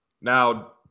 Now